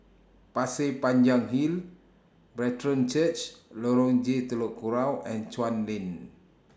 Pasir Panjang Hill Brethren Church Lorong J Telok Kurau and Chuan Lane